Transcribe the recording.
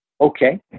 Okay